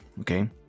okay